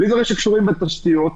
בלי דברים שקשורים לתשתיות.